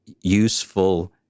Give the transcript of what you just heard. useful